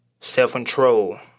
Self-control